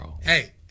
Hey